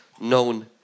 known